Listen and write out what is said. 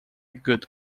good